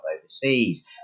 overseas